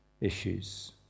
issues